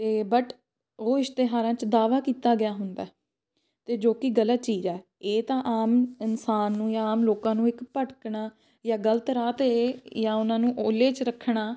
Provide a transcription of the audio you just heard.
ਅਤੇ ਬਟ ਉਹ ਇਸ਼ਤਿਹਾਰਾਂ 'ਚ ਦਾਅਵਾ ਕੀਤਾ ਗਿਆ ਹੁੰਦਾ ਅਤੇ ਜੋ ਕਿ ਗਲਤ ਚੀਜ਼ ਹੈ ਇਹ ਤਾਂ ਆਮ ਇਨਸਾਨ ਨੂੰ ਜਾਂ ਆਮ ਲੋਕਾਂ ਨੂੰ ਇੱਕ ਭਟਕਣਾ ਜਾਂ ਗਲਤ ਰਾਹ 'ਤੇ ਜਾਂ ਉਹਨਾਂ ਨੂੰ ਓਹਲੇ 'ਚ ਰੱਖਣਾ